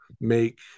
make